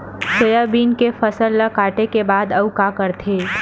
Soybean के फसल ल काटे के बाद आऊ का करथे?